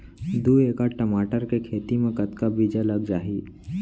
दू एकड़ टमाटर के खेती मा कतका बीजा लग जाही?